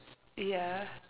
ya